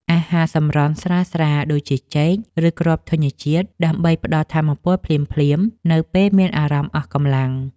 អាហារសម្រន់ស្រាលៗដូចជា ចេក ឬគ្រាប់ធញ្ញជាតិ ដើម្បីផ្ដល់ថាមពលភ្លាមៗនៅពេលមានអារម្មណ៍អស់កម្លាំង។